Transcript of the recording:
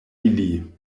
ili